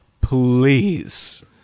please